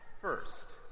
first